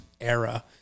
era